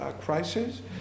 crisis